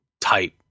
type